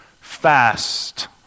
fast